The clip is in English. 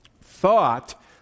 thought